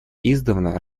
издавна